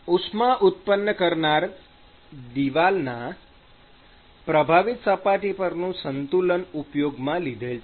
ઉષ્મા ઉત્પન્ન કરનાર દિવાલના પ્રભાવિત સપાટી પરનું સંતુલન ઉપયોગમાં લીધેલ છે